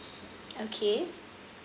okay